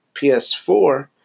PS4